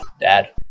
Dad